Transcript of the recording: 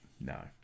No